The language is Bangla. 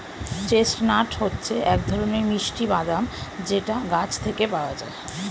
চেস্টনাট হচ্ছে এক ধরনের মিষ্টি বাদাম যেটা গাছ থেকে পাওয়া যায়